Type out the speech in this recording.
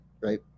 right